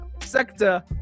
sector